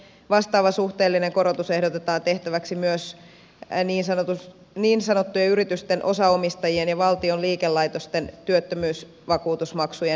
vastaava suhteellinen korotus ehdotetaan tehtäväksi myös niin sanottujen yritysten osaomistajien ja valtion liikelaitosten työttömyysvakuutusmaksujen määriin